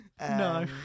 No